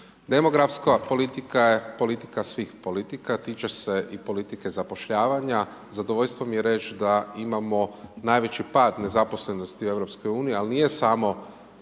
Demografska politika je politika svih politika, tiče i politike zapošljavanja, zadovoljstvo mi je reć da imamo najveći pad nezaposlenosti u EU-u ali nije samo